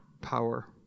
power